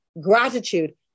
gratitude